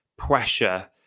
pressure